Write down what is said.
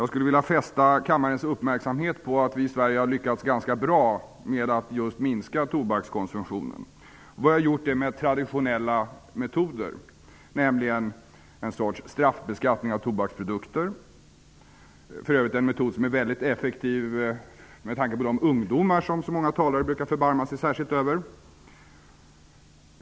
Jag skulle vilja fästa kammarens uppmärksamhet på att vi i Sverige har lyckats ganska bra med att minska tobakskonsumtionen. Vi har gjort det med traditionella metoder, nämligen en sorts straffbeskattning av tobaksprodukter. Det är för övrigt en metod som är mycket effektiv med tanke på de ungdomar som så många talare brukar förbarma sig särskilt över.